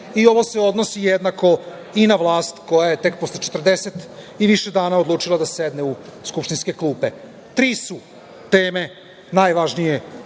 I ovo se odnosni jednako i na vlast koja je tek posle 40 i više dana odlučila da sedne u skupštinske klupe. Tri su teme najvažnije